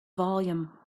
volume